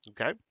Okay